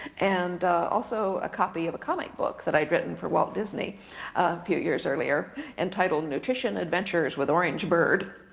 and also a copy of a comic book that i had written for walt disney a few years earlier entitled nutrition adventures with orange bird.